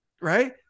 Right